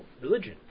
religion